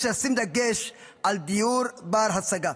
יש לשים דגש על דיור בר-השגה.